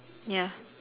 ya